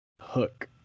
Hook